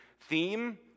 theme